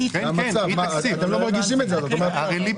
ומעשירים אותו בהתאם